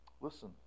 Listen